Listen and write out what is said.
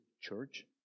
church